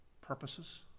purposes